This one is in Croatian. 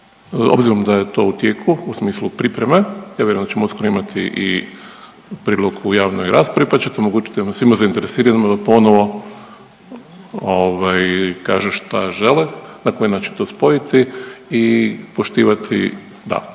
Obzirom da je to u tijeku u smislu priprema, ja vjerujem da ćemo uskoro imati i prijedlog u javnoj raspravi pa će to omogućiti svima zainteresiranima da ponovo ovaj kaže što žele, dakle nas će to spojiti i poštivati da